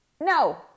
No